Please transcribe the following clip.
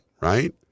right